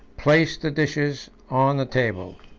place the dishes on the table.